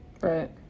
Right